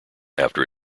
after